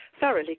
thoroughly